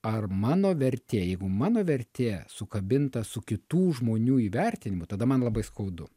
ar mano vertė jeigu mano vertė sukabinta su kitų žmonių įvertinimu tada man labai skaudu